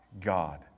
God